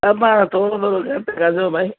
अबा थोरो थोरो त घटि कजो भई